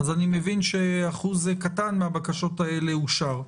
אני מבין שאחוז קטן מן הבקשות הללו אושר.